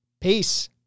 peace